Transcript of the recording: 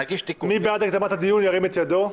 מי בעד הקדמת הדיון, ירים את ידו.